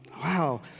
Wow